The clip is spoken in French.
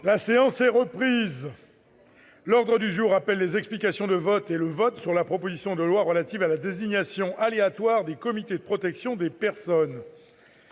La séance est reprise. L'ordre du jour appelle les explications de vote et le vote sur la proposition de loi relative à la désignation aléatoire des comités de protection des personnes